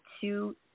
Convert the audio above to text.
two